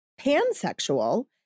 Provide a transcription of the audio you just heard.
Pansexual